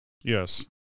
Yes